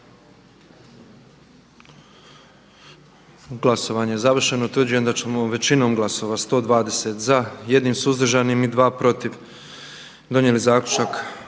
Glasovanje je završeno. Utvrđujem da je većinom glasova 66 za, 15 suzdržanih i 25 protiv donijeta odluka